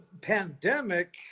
pandemic